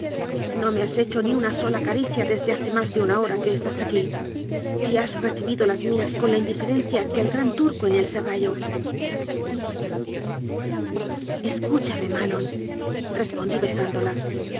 no me has hecho ni una sola caricia desde hace más de una hora que estás aquí y has reci bido las mías con la indiferencia que el gran tur co en el serrallo escúchame manonrespondí besándola